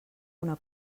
una